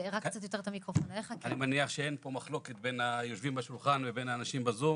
שאין פה מחלוקת בין היושבים בשולחן ובין האנשים בזום